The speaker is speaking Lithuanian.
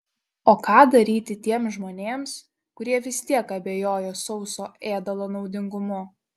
o ką daryti tiems žmonėms kurie vis tiek abejoja sauso ėdalo naudingumu